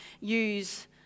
use